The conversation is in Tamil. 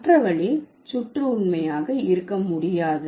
மற்ற வழி சுற்று உண்மையாக இருக்க முடியாது